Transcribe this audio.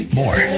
more